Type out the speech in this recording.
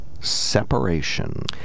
Separation